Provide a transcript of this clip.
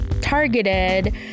targeted